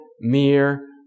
mere